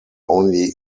only